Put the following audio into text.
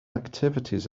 activities